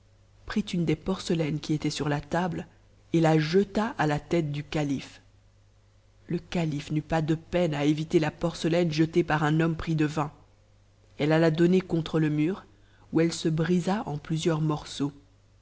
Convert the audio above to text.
prit une des porcelaines qui étaient sur la table et a jeta à la tête du calife le calife n'eut pas de peine à pyitcr la porcelaine jetée par un homme pris de vin elle alla donner contre le mur où elle se brisa en plusieurs morceaux